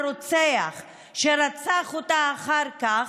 את הרוצח שרצח אותה אחר כך,